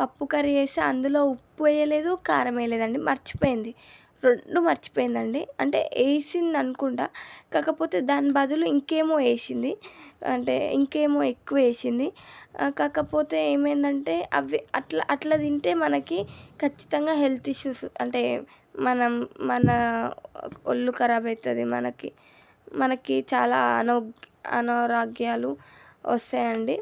పప్పు కర్రీ చేస్తే అందులో ఉప్పు వేయలేదు కారం వేయలేదండి మరచిపోయింది రెండు మరచిపోయింది అండి అంటే వేసింది అనుకుంటాను కాకపోతే దాని బదులు ఇంకేమో వేసింది అంటే ఇంకా ఏమో ఎక్కువ వేసింది కాకపోతే ఏమైందంటే అవి అట్లా అట్లా తింటే మనకి ఖచ్చితంగా హెల్త్ ఇష్యూస్ అంటే మనం మన ఒళ్ళు కరాబైతది మనకి మనకి చాలా అనోగ్ అనారోగ్యాలు వస్తాయి అండి